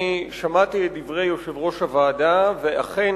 אני שמעתי את דברי יושב-ראש הוועדה ואכן,